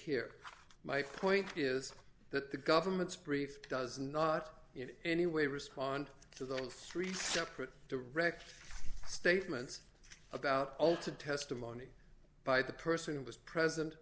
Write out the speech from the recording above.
here my point is that the government's brief does not in any way respond to that on three separate direct statements about ulta testimony by the person who was present